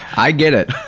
i get it.